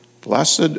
Blessed